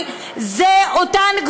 2017,